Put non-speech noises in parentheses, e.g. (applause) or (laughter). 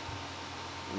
(laughs)